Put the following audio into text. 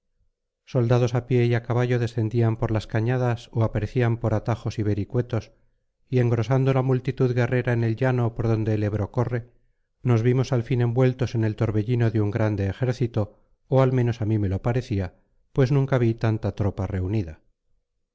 soldados a pie y a caballo descendían por las cañadas o aparecían por atajos y vericuetos y engrosando la multitud guerrera en el llano por donde el ebro corre nos vimos al fin envueltos en el torbellino de un grande ejército o al menos a mí me lo parecía pues nunca vi tanta tropa reunida